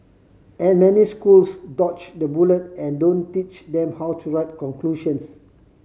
and many schools dodge the bullet and don't teach them how to write conclusions